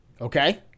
Okay